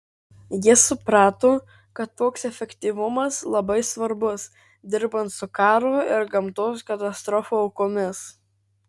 jis suprato kad toks efektyvumas labai svarbus dirbant su karo ir gamtos katastrofų aukomis